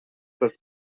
das